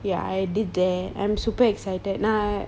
ya I did that I'm super excited now